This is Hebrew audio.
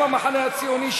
גם המחנה הציוני,